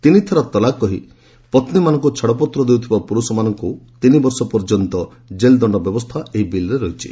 ତିନିଥର ତଲାକ ବୋଲି କହି ପତ୍ନୀମାନଙ୍କୁ ଛାଡ଼ପତ୍ର ଦେଉଥିବା ପୁରୁଷମାନଙ୍କୁ ତିନିବର୍ଷ ପର୍ଯ୍ୟନ୍ତ ଜେଲ୍ଦଣ୍ଡ ବ୍ୟବସ୍ଥା ଏହି ବିଲ୍ରେ ରହିଛି